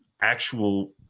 actual